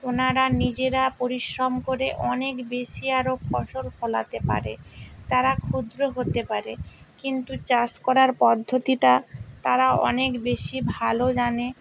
ওনারা নিজেরা পরিশ্রম করে অনেক বেশি আরও ফসল ফলাতে পারে তারা ক্ষুদ্র হতে পারে কিন্তু চাষ করার পদ্ধতিটা তারা অনেক বেশি ভালো জানে